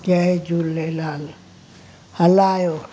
जय झूलेलाल हलायो